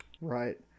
Right